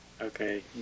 Okay